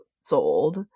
sold